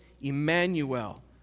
Emmanuel